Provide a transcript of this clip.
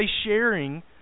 sharing